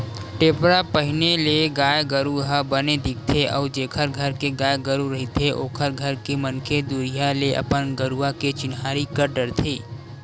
टेपरा पहिरे ले गाय गरु ह बने दिखथे अउ जेखर घर के गाय गरु रहिथे ओखर घर के मनखे दुरिहा ले अपन गरुवा के चिन्हारी कर डरथे